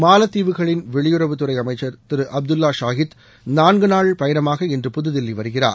மாலத்தீவுகளின் வெளியுறவுத்துறை அமைச்சர் திரு அப்துல்லா சாஹித் நான்கு நாள் பயணமாக இன்று புதுதில்லி வருகிறார்